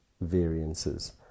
variances